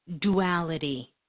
duality